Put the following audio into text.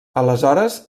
aleshores